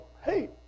hey